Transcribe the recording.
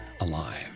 alive